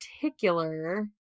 particular